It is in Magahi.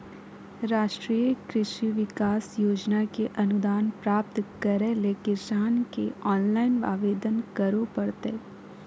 राष्ट्रीय कृषि विकास योजना के अनुदान प्राप्त करैले किसान के ऑनलाइन आवेदन करो परतय